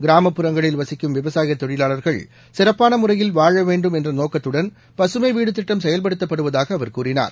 கிராமப் புறங்களில் வசிக்கும் விவசாய தொழிலாளர்கள் சிறப்பான முறையில் வாழ வேண்டும் என்ற நோக்கத்துடன் பசுமை வீடு திட்டம் செயல்படுத்தப்படுவதாக அவர் கூறினார்